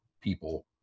people